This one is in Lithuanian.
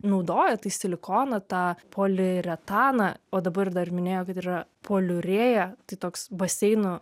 naudojo tai silikoną tą poliuretaną o dabar dar minėjo kad yra poliurėja tai toks baseinų